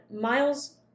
Miles